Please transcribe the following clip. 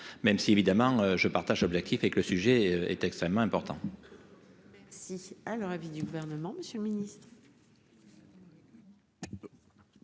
même si évidemment je partage Abdellatif et que le sujet est extrêmement important.